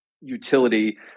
utility